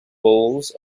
balls